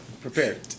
prepared